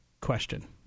question